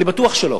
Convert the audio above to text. אני בטוח שלא,